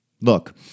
Look